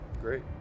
great